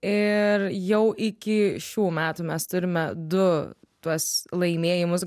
ir jau iki šių metų mes turime du tuos laimėjimus